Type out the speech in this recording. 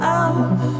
out